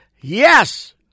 yes